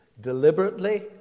Deliberately